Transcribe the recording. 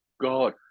god